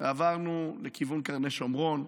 ועברנו לכיוון קרני שומרון.